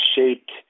shaped